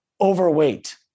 overweight